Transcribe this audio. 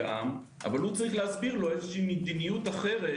אבל הוא צריך להסביר לו מדיניות אחרת,